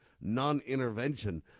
non-intervention